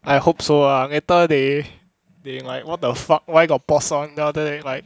I hope so ah later they they like what the fuck why got pause [one] down there and like